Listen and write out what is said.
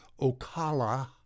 Ocala